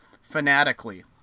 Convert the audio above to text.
fanatically